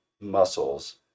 muscles